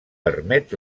permet